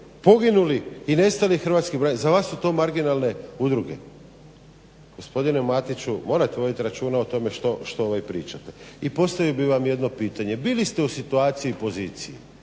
udruga udovica hrvatskih branitelja. Za vas su to marginalne udruge? Gospodine Matiću morate voditi računa o tome što pričate. I postavio bih vam jedno pitanje. Bili ste u situaciji i poziciji